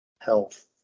health